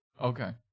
Okay